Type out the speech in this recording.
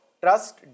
trust